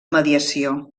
mediació